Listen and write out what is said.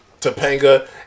Topanga